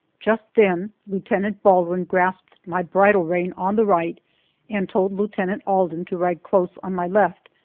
just then lieutenant baldwin grasped my bridle rein on the right and told lieutenant alden to ride close on my left,